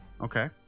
Okay